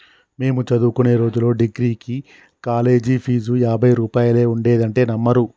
మేము చదువుకునే రోజుల్లో డిగ్రీకి కాలేజీ ఫీజు యాభై రూపాయలే ఉండేదంటే నమ్మరు